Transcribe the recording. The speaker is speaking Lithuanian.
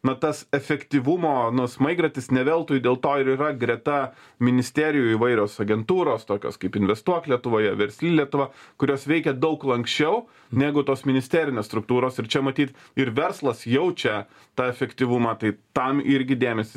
na tas efektyvumo nu smaigratis ne veltui dėl to ir yra greta ministerijų įvairios agentūros tokios kaip investuok lietuvoje versli lietuva kurios veikia daug lanksčiau negu tos ministerinės struktūros ir čia matyt ir verslas jaučia tą efektyvumą tai tam irgi dėmesį